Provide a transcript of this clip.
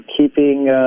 keeping